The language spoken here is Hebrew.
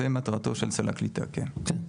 זו מטרתה של סל הקליטה כן.